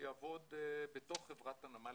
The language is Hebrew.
שיעבוד בתוך חברת הנמל,